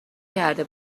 کرده